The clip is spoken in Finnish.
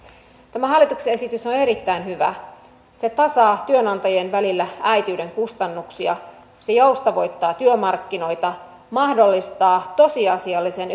tämä hallituksen esitys on erittäin hyvä se tasaa työnantajien välillä äitiyden kustannuksia se joustavoittaa työmarkkinoita mahdollistaa tosiasiallisen